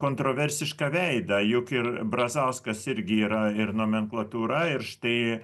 kontroversišką veidą juk ir brazauskas irgi yra ir nomenklatūra ir štai